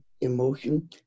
emotion